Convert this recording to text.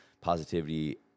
positivity